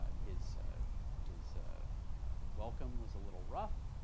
ah his his welcome was a little rough,